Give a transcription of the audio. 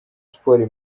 sports